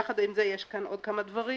יחד עם זה, יש פה עוד כמה דברים.